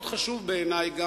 מאוד חשוב בעיני גם